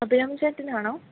Abhiraman ചേട്ടനാണോ